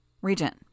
Regent—